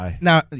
Now